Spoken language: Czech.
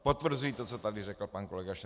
Potvrzuji to, co tady řekl pan kolega Šrámek.